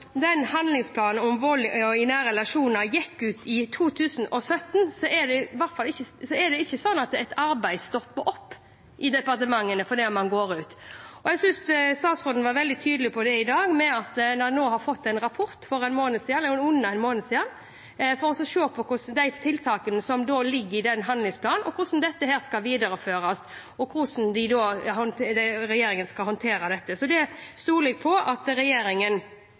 handlingsplanen om vold i nære relasjoner gikk ut i 2017, er det ikke sånn at arbeidet stopper opp i departementene. Jeg synes statsråden var veldig tydelig på det i dag. Man har fått en rapport for under en måned siden for å se på tiltakene i handlingsplanen, hvordan dette skal videreføres, og hvordan regjeringen skal håndtere dette. Det stoler jeg på at regjeringen